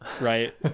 right